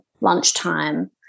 lunchtime